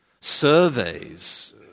surveys